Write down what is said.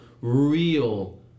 real